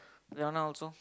Leona also